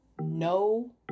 no